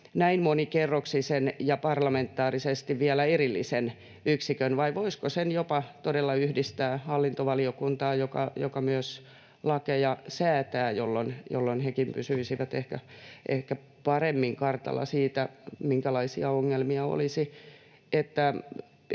näin monikerroksisen ja parlamentaarisesti vielä erillisen yksikön vai voisiko sen jopa todella yhdistää hallintovaliokuntaan, joka myös lakeja säätää, jolloin hekin pysyisivät ehkä paremmin kartalla siitä, minkälaisia ongelmia olisi.